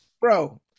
bro